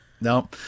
No